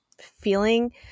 feeling